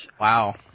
Wow